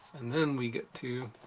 and then we get to